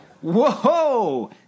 Whoa